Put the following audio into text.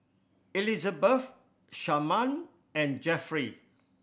Elizabet Sharman and Jeffrey